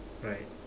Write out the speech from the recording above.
right